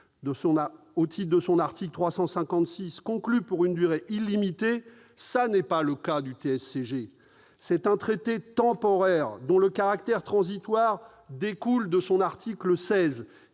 au titre de son article 356, conclu pour une durée illimitée, tel n'est pas le cas du TSCG, traité « temporaire » dont le caractère transitoire découle de son article 16,